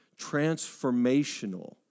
transformational